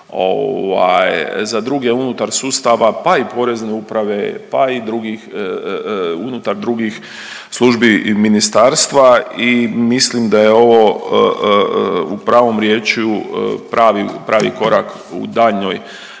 za druge unutar sustava pa i Porezne uprave, pa i drugih unutar drugih službi i ministarstva i mislim da je ovo u pravom riječju pravi, pravi korak u daljnjoj